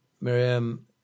Miriam